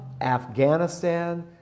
Afghanistan